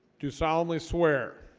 do solemnly swear